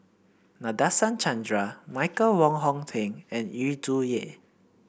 Nadasen Chandra Michael Wong Hong Teng and Yu Zhuye